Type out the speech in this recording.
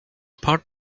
part